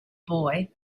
boy